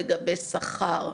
לגבי שכר,